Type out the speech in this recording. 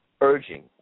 urging